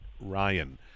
Ryan